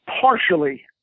partially